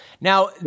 Now